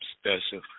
special